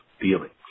feelings